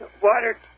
water